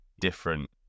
different